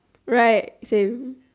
right same